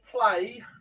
play